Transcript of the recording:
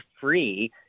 free